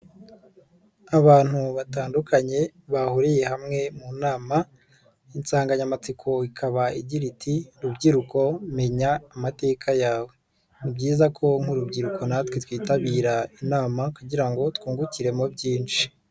Abantu batandukanye bahuriye hamwe mu nama, insanganyamatsiko ikaba igira iti: " rubyiruko menya amateka yawe". Ni byiza ko nk'urubyiruko natwe twitabira inama kugira ngo twungukiremo byinshi.